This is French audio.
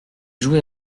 jouait